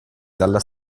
dalla